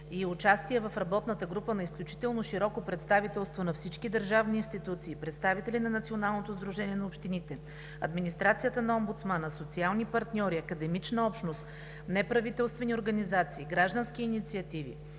и участия в работната група на изключително широко представителство на всички държавни институции, представители на Националното сдружение на общините, администрацията на омбудсмана, социални партньори, академична общност, неправителствени организации, граждански инициативи,